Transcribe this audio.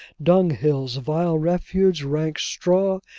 dung-hills, vile refuse, rank straw,